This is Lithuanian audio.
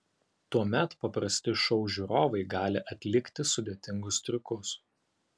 tuomet paprasti šou žiūrovai gali atlikti sudėtingus triukus